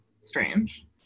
strange